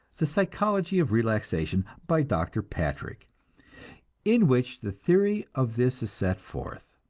the psychology of relaxation, by dr. patrick in which the theory of this is set forth.